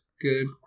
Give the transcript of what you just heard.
good